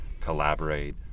collaborate